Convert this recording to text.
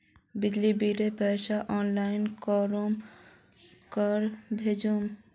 बिजली बिलेर पैसा ऑनलाइन कुंसम करे भेजुम?